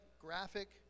graphic